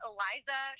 Eliza